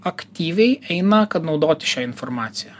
aktyviai eina kad naudoti šią informaciją